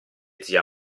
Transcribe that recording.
zia